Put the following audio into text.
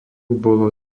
bolo